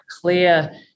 clear